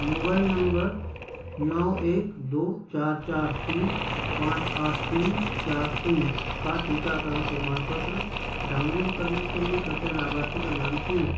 mobile नम्बर नौ एक दो चार चार तीन पाँच आठ तीन चार शून्य का टीकाकरण प्रमाणपत्र डाउनलोड करने के लिए कृपया लाभार्थी का नाम चुनें